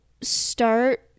start